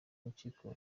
impyiko